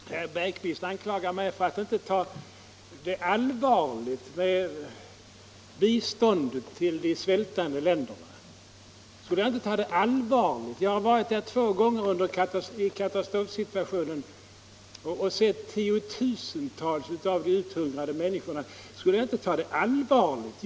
Herr talman! Herr Bergqvist anklagar mig för att inte ta allvarligt på biståndet till de svältdrabbade länderna. Jag har varit där två gånger i katastrofsituationer och sett 10 000-tals uthungrade människor. Skulle jag inte ta det allvarligt?